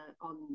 on